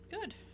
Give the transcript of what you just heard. Good